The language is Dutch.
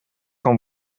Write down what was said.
kan